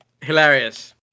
hilarious